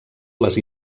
les